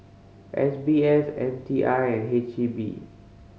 S B F M T I and H E B